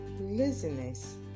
Laziness